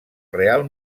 real